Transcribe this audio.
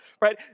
right